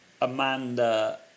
Amanda